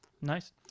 Nice